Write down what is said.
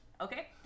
Okay